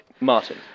martin